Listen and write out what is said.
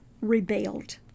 rebelled